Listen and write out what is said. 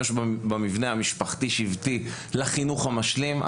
במבנה המשפחתי מבני לחינוך המשלים.